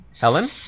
Helen